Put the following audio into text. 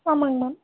ஆமாங்க மேம்